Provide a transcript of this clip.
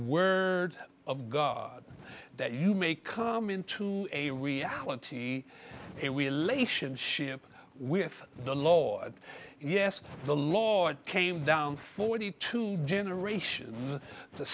word of god that you may come into a reality a relationship with the law yes the law came down forty two generations to